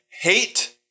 hate